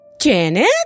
Janet